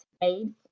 made